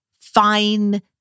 fine